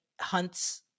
hunts